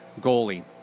goalie